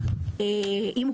אתה כתבת חוק שהוא לא רלוונטי.